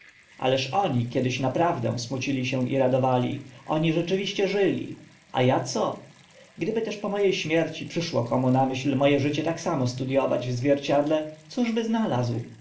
ależ oni kiedyś naprawdę smucili się i radowali oni rzeczywiście żyli a a co gdyby też po mo e śmierci przyszło komu na myśl mo e życie tak samo studiować w zwierciedle cóż by znalazł